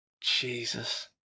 Jesus